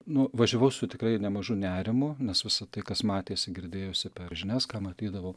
nu važiavau su tikrai nemažu nerimu nes visa tai kas matėsi girdėjosi per žinias ką matydavau